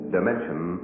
Dimension